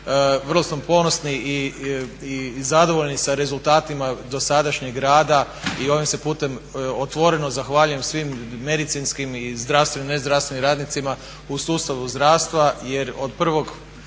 Vrlo smo ponosni i zadovoljni sa rezultatima dosadašnjeg rada i ovim se putem otvoreno zahvaljujem svim medicinskim i zdravstvenim i nezdravstvenim radnicima u sustavu zdravstva jer od 1.1.